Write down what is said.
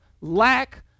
lack